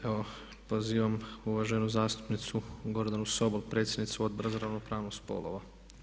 Evo pozivam uvaženu zastupnicu Gordanu Sobol, predsjednicu Odbora za ravnopravnost spolova.